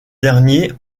dernier